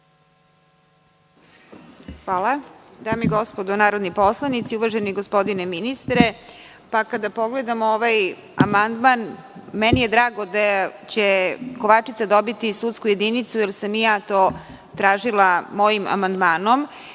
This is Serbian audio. Dame i gospodo narodni poslanici, uvaženi gospodine ministre, kada pogledamo ovaj amandman, drago mi je da će Kovačica dobiti sudsku jedinicu, jer sam to tražila mojim amandmanom.